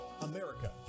America